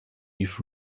leaf